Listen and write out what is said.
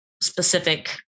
specific